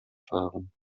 fahren